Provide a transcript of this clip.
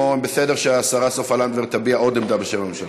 או שזה בסדר שהשרה סופה לנדבר תביע עוד עמדה בשם הממשלה?